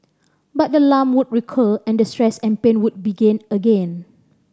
but the lump would recur and the stress and pain would begin again